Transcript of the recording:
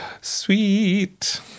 sweet